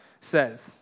says